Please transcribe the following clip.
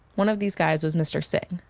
one of these guys was mr. singh,